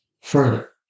Further